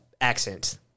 accent